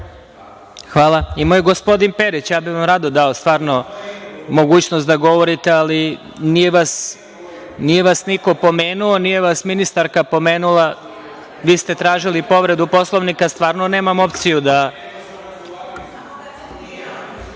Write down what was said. Hvala. Imao je gospodin Perić, ja bi vam rado dao stvarno mogućnost da govorite, ali nije vas niko pomenuo, nije vas ministarka pomenula. Vi ste tražili povredu Poslovnika, stvarno nemam opciju.(Milorad